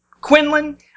Quinlan